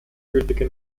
gültige